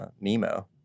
Nemo